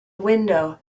window